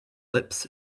lips